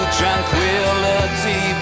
tranquility